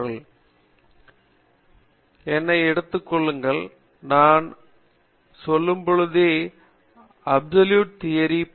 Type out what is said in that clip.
காமகோடி சரி என்னை எடுத்துக் கொள்ளுங்கள் நான் ஒபிசொல்லுதே தியரி பி